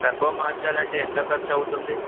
టార్ప్మ్ మార్చాలి అంటే ఎంత ఖర్చు అవుతుంది